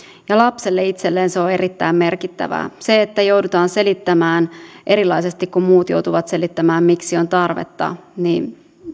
lapselle itselleen se on on erittäin merkittävää että joudutaan selittämään erilaisuutta kun muut joutuvat selittämään miksi on tarvetta niin